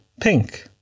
pink